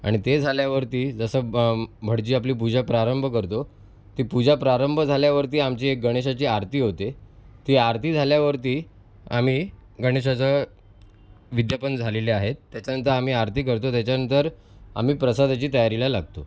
आणि ते झाल्यावरती जसं ब भटजी आपली पूजा प्रारंभ करतो ती पूजा प्रारंभ झाल्यावरती आमची एक गणेशाची आरती होते ती आरती झाल्यावरती आम्ही गणेशाचं विज्ञापन झालेले आहे त्याच्यानंतर आम्ही आरती करतो त्याच्यानंतर आम्ही प्रसादाची तयारीला लागतो